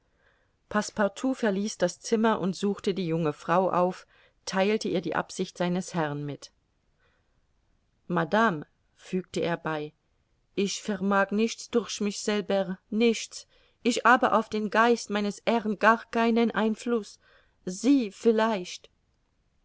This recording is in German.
passepartout verließ das zimmer und suchte die junge frau auf theilte ihr die absicht seines herrn mit madame fügte er bei ich vermag nichts durch mich selber nichts ich habe auf den geist meines herrn gar keinen einfluß sie vielleicht